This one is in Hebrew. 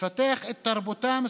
לפתח את תרבותם,